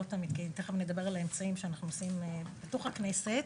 ותכף נדבר על האמצעים שאנחנו עושים בתוך הכנסת.